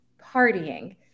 partying